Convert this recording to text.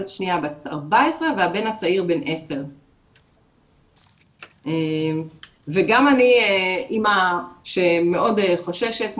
השנייה בת 14 והבן הצעיר בן 10. גם אני אימא שמאוד חוששת,